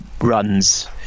runs